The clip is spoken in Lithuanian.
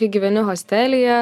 kai gyveni hostelyje